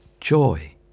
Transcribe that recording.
joy